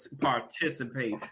Participate